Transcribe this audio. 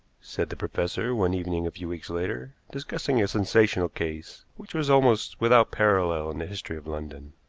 said the professor, one evening a few weeks later, discussing a sensational case which was almost without parallel in the history of london.